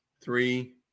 three